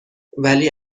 ولی